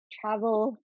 travel